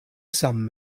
sum